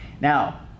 Now